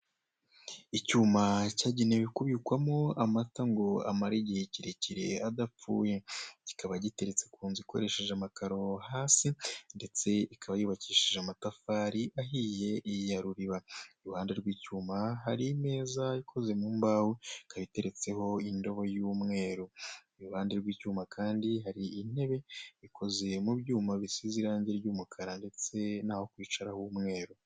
Icyuma cyagenewe kubikwamo amata ngo amare igihe kirekire adapfuye. Kikaba giteretse ku nzu ikoresheje amakaro hasi ndetse ikaba yubakishije amatafari ahiye ya Ruliba. Iruhande rw'icyuma hari imeza ikoze mu mbaho ikaba iteretseho indobo y'umweru. Iruhande rw'icyuma kandi hari intebe ikoze mu byuma bisize irangi ry'umukara ndetse n'aho kwicara h'umweru.